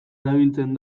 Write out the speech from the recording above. erabiltzen